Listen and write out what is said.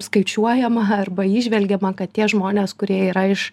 skaičiuojama arba įžvelgiama kad tie žmonės kurie yra iš